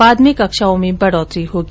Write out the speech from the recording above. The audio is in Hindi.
बाद में केक्षाओं में बढ़ोतरी होगी